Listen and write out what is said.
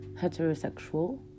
heterosexual